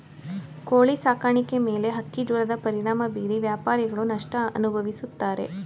ಕೋಳಿ ಸಾಕಾಣಿಕೆ ಮೇಲೆ ಹಕ್ಕಿಜ್ವರದ ಪರಿಣಾಮ ಬೀರಿ ವ್ಯಾಪಾರಿಗಳು ನಷ್ಟ ಅನುಭವಿಸುತ್ತಾರೆ